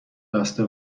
بسته